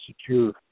secure